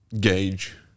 gauge